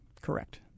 Correct